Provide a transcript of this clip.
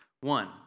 One